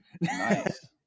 Nice